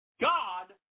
God